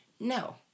no